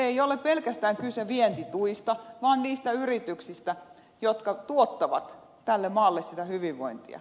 ei ole pelkästään kyse vientituista vaan niistä yrityksistä jotka tuottavat tälle maalle sitä hyvinvointia